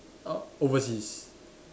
err overseas